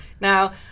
Now